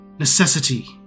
Necessity